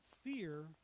fear